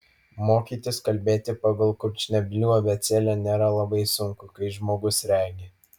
mokytis kalbėti pagal kurčnebylių abėcėlę nėra labai sunku kai žmogus regi